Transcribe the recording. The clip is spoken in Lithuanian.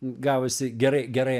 gavosi gerai gerai